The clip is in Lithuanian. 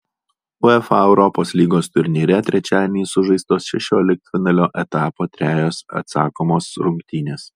uefa europos lygos turnyre trečiadienį sužaistos šešioliktfinalio etapo trejos atsakomos rungtynės